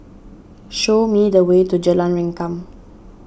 show me the way to Jalan Rengkam